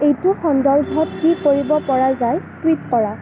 এইটো সন্দৰ্ভত কি কৰিব পৰা যায় টুইট কৰা